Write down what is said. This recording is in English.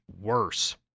worse